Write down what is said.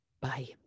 Bye